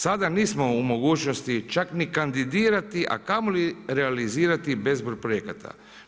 Sada nismo u mogućnosti čak ni kandidirati, a kamoli realizirati bezbroj projekata.